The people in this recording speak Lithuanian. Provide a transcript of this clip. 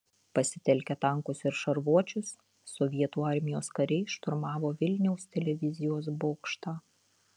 pasitelkę tankus ir šarvuočius sovietų armijos kariai šturmavo vilniaus televizijos bokštą